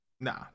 Nah